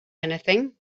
anything